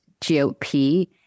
GOP